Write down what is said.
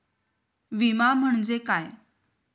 विमा म्हणजे काय?